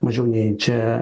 mažiau nei čia